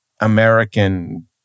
American